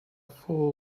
fool